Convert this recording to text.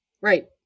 right